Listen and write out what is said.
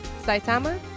Saitama